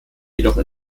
jedoch